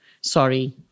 sorry